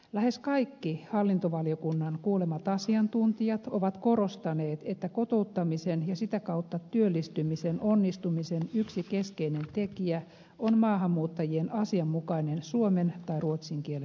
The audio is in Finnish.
lähes kaikki hallintovaliokunnan kuulemat asiantuntijat ovat korostaneet että kotouttamisen ja sitä kautta työllistymisen onnistumisen yksi keskeinen tekijä on maahanmuuttajien asianmukainen suomen tai ruotsin kielen taito